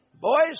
Boys